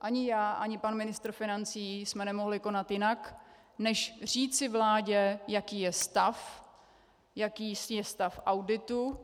Ani já ani pan ministr financí jsme nemohli konat jinak než říci vládě, jaký je stav, jaký je stav auditu